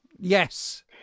yes